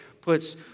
puts